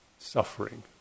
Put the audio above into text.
Suffering